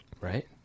Right